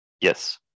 Yes